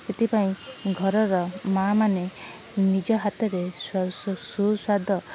ସେଥିପାଇଁ ଘରର ମା ମାନେ ନିଜ ହାତରେ ସୁ ସୁସ୍ଵାଦ